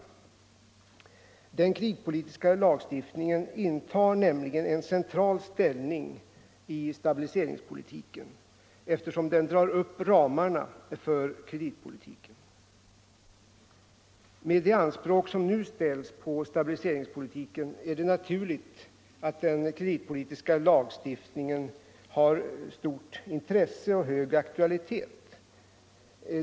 Den kreditpolitiska lagstiftningen intar en central ställning i stabiliseringspolitiken, eftersom den drar upp ramarna för kreditpolitiken. Med de anspråk som nu ställs på stabiliseringspolitiken är det naturligt att den kreditpolitiska lagstiftningen har stort intresse och hög aktualitet.